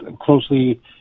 closely